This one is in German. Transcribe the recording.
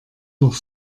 noch